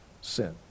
sin